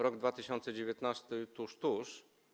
Rok 2019 tuż, tuż.